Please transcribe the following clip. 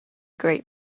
great